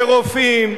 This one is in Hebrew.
רופאים,